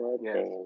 Yes